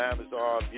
Amazon